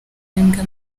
bahembwa